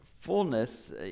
fullness